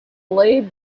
blade